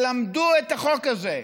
שלמדו את החוק הזה,